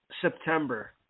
September